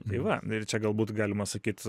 tai va ir čia galbūt galima sakyt